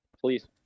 Please